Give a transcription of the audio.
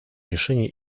решений